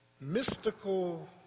mystical